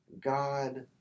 God